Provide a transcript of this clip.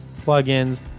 plugins